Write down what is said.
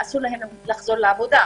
אסור להם לחזור לעבודה.